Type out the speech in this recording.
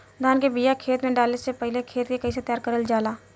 धान के बिया खेत में डाले से पहले खेत के कइसे तैयार कइल जाला?